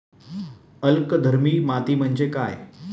अल्कधर्मी माती म्हणजे काय?